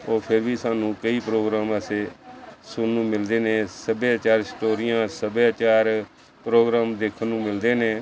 ਉਹ ਫੇਰ ਵੀ ਸਾਨੂੰ ਕਈ ਪ੍ਰੋਗਰਾਮ ਐਸੇ ਸੁਣਨ ਨੂੰ ਮਿਲਦੇ ਨੇ ਸੱਭਿਆਚਾਰ ਸਟੋਰੀਆਂ ਸੱਭਿਆਚਾਰ ਪ੍ਰੋਗਰਾਮ ਦੇਖਣ ਨੂੰ ਮਿਲਦੇ ਨੇ